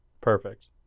Perfect